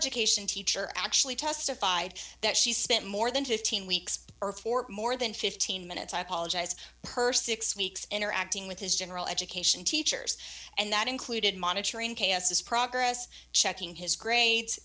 education teacher actually testified that she spent more than fifteen weeks or for more than fifteen minutes i apologize person interacting with his general education teachers and that included monitoring this progress checking his grades